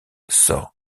sort